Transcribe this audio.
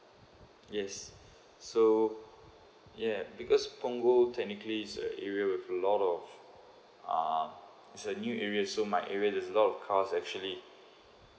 yes so yeah because punggol technically it's a area with a lot of uh it's a new area so my area there's a lot of car actually